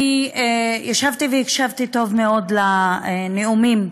ישבתי והקשבתי טוב מאוד לנאומים,